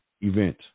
event